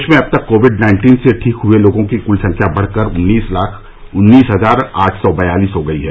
देश में अब तक कोविड नाइन्टीन से ठीक हुए लोगों की कुल संख्या बढकर उन्नीस लाख उन्नीस हजार आठ सौ बयालिस हो गई है